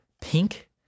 pink